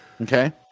Okay